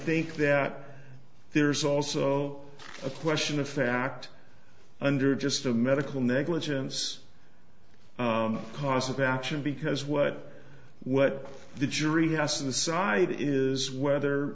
think that there's also a question of fact under just a medical negligence cause of action because what what the jury has an aside is whether